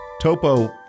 Topo